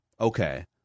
okay